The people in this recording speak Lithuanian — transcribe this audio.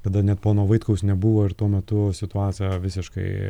kada net pono vaitkaus nebuvo ir tuo metu situacija visiškai